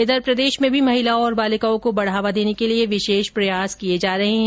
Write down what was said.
इधर प्रदेश में भी महिलाओं और बालिकाओं को बढ़ावा देने के लिए विशेष प्रयास जारी है